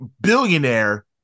billionaire